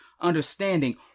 understanding